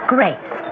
Grace